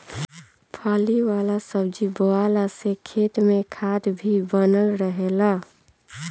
फली वाला सब्जी बोअला से खेत में खाद भी बनल रहेला